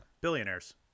billionaires